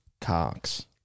cocks